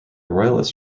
royalist